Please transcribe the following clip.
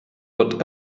wird